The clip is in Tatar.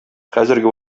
хәзерге